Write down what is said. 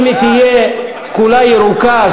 אם היא תהיה כולה ירוקה,